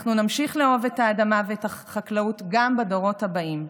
אנחנו נמשיך לאהוב את האדמה ואת החקלאות גם בדורות הבאים.